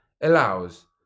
allows